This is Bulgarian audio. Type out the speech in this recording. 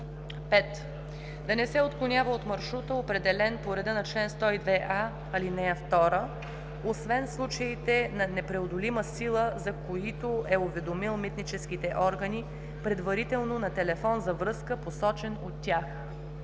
5. да не се отклонява от маршрута, определен по реда на чл. 102а, ал. 2, освен в случаите на непреодолима сила, за които е уведомил митническите органи предварително на телефон за връзка, посочен от тях;